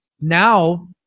Now